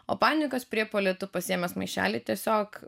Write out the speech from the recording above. o panikos priepuoly tu pasiėmęs maišelį tiesiog